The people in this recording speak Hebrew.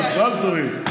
אז בכלל תוריד.